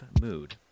mood